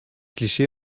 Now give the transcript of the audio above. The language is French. clichés